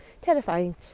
terrifying